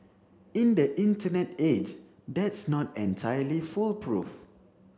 in the Internet age that's not entirely foolproof